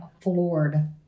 floored